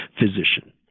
physician